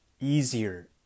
easier